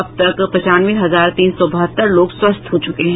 अब तक पंचानवे हजार तीन सौ बहत्तर लोग स्वस्थ हो चुके हैं